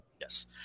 Yes